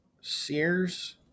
Sears